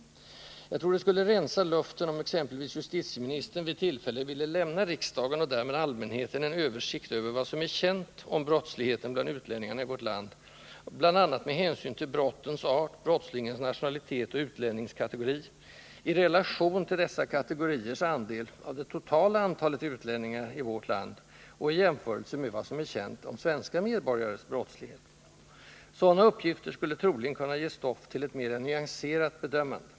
Jag tror det skulle rensa luften om exempelvis justitieministern vid tillfälle ville lämna riksdagen och därmed allmänheten en översikt över vad som är känt om brottsligheten bland utlänningarna i vårt land, bl.a. med hänsyn till brottens art, brottslingens nationalitet och utlänningskategori, i relation till dessa kategoriers andel av det totala antalet utlänningar i vårt land och i jämförelse med vad som är känt om svenska medborgares brottslighet. Sådana uppgifter skulle troligen kunna ge stoff till ett mera nyanserat bedömande.